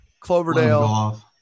Cloverdale